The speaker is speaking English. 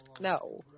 No